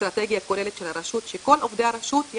אסטרטגיה כוללת של הרשות שכל עובדי הרשות,